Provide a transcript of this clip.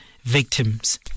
victims